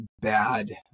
bad